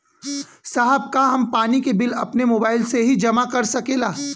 साहब का हम पानी के बिल अपने मोबाइल से ही जमा कर सकेला?